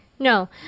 No